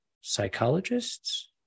psychologists